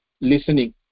listening